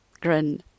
Grin